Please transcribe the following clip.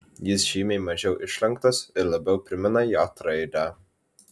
jis žymiai mažiau išlenktas ir labiau primena j raidę